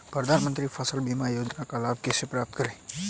प्रधानमंत्री फसल बीमा योजना का लाभ कैसे प्राप्त करें?